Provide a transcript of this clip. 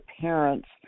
parents